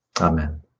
Amen